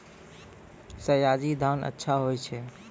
सयाजी धान अच्छा होय छै?